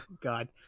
God